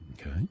Okay